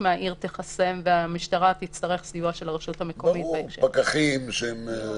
מהעיר תיחסם והמשטרה תצטרך סיוע של הרשות המקומית בהקשר הזה.